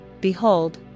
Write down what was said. behold